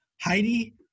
Heidi